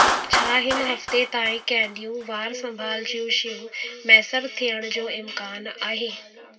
छा हिन हफ़्ते ताईं कहिड़ियूं वार संभाल जूं शयूं मुयसरु थियण जो को इम्कान आहे